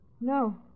no